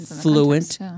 fluent